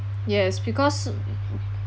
yes because